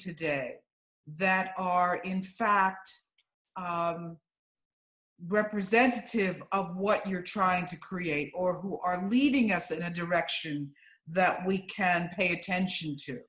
today that are in fact representative of what you're trying to create or who are leading us in that direction that we can't pay attention